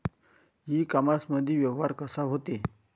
इ कामर्समंदी व्यवहार कसा होते?